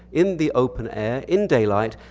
in the open air, in daylight,